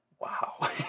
wow